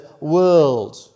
world